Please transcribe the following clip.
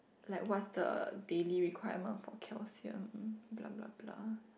like what's the daily requirement for calcium